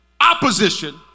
opposition